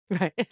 Right